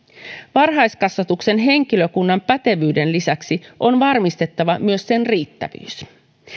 varhaiskasvatuksen henkilökunnan pätevyyden lisäksi on varmistettava myös sen riittävyys